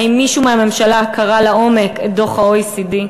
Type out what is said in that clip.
האם מישהו מהממשלה קרא לעומק את דוח ה-OECD?